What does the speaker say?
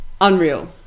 unreal